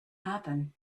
happen